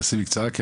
בקצרה בבקשה.